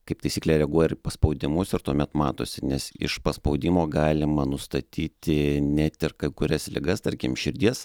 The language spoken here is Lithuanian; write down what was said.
kaip taisyklė reaguoja ir į paspaudimus ir tuomet matosi nes iš paspaudimo galima nustatyti net ir kai kurias ligas tarkim širdies